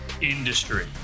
industry